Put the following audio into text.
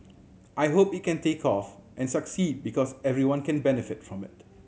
I hope it can take off and succeed because everyone can benefit from it